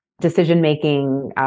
decision-making